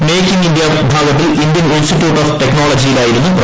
make in India വിഭാഗത്തിൽ Indian institute of ടെക്നോളജിയിലായിരുന്നു പ്രദർശനം